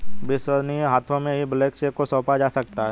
विश्वसनीय हाथों में ही ब्लैंक चेक को सौंपा जा सकता है